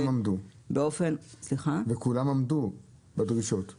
וכולם עמדו בדרישות?